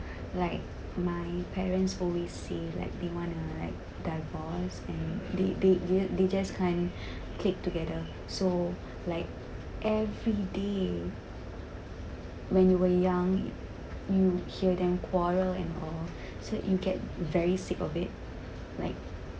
like my parents always say that they want to like divorce and they they they just can't click together so like everyday you when you were young you hear them quarrel and all so you get very sick of it like